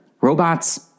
Robots